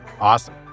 Awesome